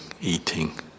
eating